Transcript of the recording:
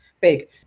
big